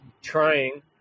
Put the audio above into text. trying